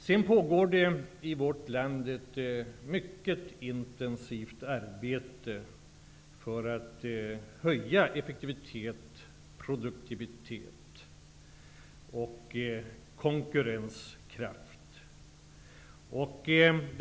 Det pågår i vårt land ett mycket intensivt arbete för att höja effektivitet, produktivitet och konkurrenskraft.